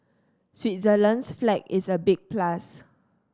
Switzerland's flag is a big plus